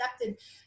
accepted